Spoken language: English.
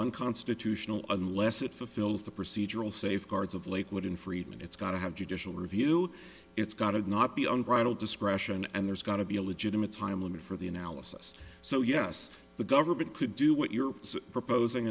unconstitutional unless it fulfills the procedural safeguards of lakewood in freetown it's got to have judicial review it's got it not be unbridled discretion and there's got to be a legitimate time limit for the analysis so yes the government could do what you're proposing